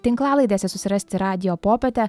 tinklalaidėse susirasti radijo popietę